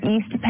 East